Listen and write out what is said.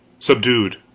subdued,